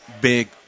big